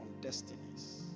destinies